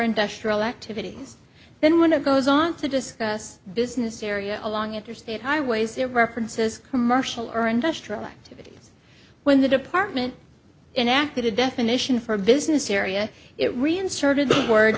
industrial activities then when it goes on to discuss business area along interstate highways it references commercial or industrial activity when the department in acted a definition for a business area it